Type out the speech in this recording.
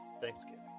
Thanksgiving